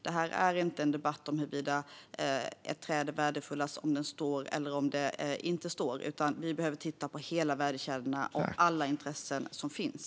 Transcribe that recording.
Det är inte en debatt om huruvida ett träd är värdefullast om det står eller om det inte står. Vi behöver titta på hela värdekedjan och alla intressen som finns.